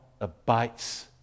abides